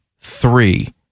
three